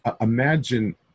Imagine